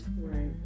Right